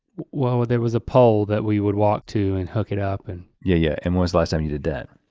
well, there was a poll that we would walk to and hook it up. and yeah yeah, and was last time you did that?